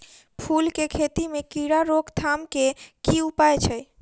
फूल केँ खेती मे कीड़ा रोकथाम केँ की उपाय छै?